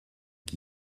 qui